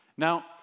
Now